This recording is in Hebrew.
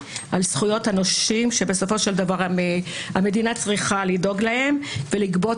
על זכויות הנושים שבסופו של דבר המדינה צריכה לדאוג להם ולגבות